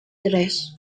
tres